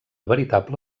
veritable